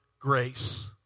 grace